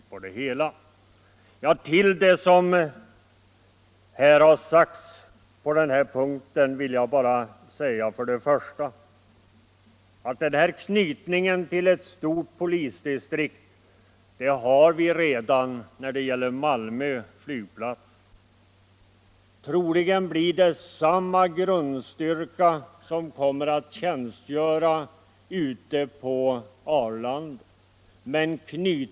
Med anledning av det som har sagts i denna fråga vill jag bara för det första påpeka, att anknytningen till ett stort polisdistrikt redan föreligger när det gäller Malmö flygplats. Vidare gissar jag att på Arlanda kommer även i fortsättningen att tjänstgöra en grundstyrka motsvarande den som f. n. tjänstgör där.